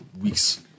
weeks